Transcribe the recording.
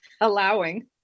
Allowing